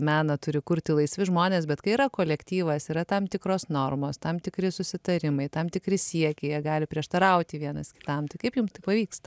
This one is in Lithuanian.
meną turi kurti laisvi žmonės bet kai yra kolektyvas yra tam tikros normos tam tikri susitarimai tam tikri siekiai jie gali prieštarauti vienas kitam tai kaip jum pavyksta